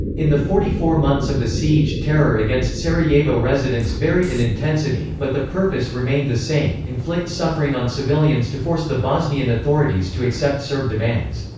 in the forty four months of the siege, terror against sarajevo residents varied in intensity, but the purpose remained the same inflict suffering on civilians to force the bosnian authorities to accept serb demands.